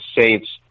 Saints